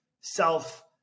self